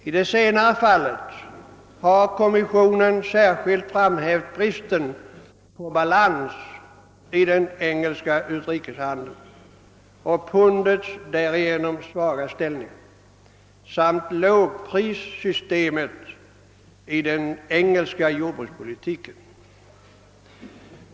I det senare fallet har kommissionen särskilt framhävt bristen på balans i den engelska utrikeshandeln och pundets därav föranledda svaga ställning samt lågprissystemet i den engelska jordbrukspolitiken.